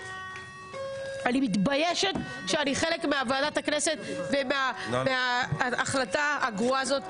אני מתביישת שאני חלק מוועדת הכנסת ומההחלטה הגרועה הזאת.